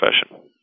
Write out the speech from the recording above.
profession